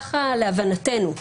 ככה להבנתנו.